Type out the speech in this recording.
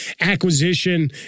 acquisition